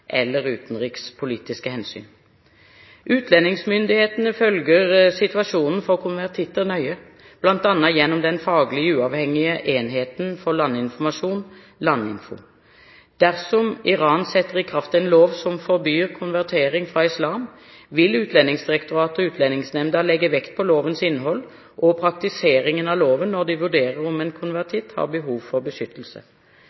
eller utenrikspolitiske hensyn. Utlendingsmyndighetene følger situasjonen for konvertitter nøye, bl.a. gjennom den faglig uavhengige enheten for landinformasjon – Landinfo. Dersom Iran setter i kraft en lov som forbyr konvertering fra islam, vil Utlendingsdirektoratet og Utlendingsnemnda legge vekt på lovens innhold og praktiseringen av loven når de vurderer om en